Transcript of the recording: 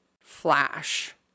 flash